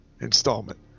installment